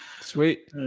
sweet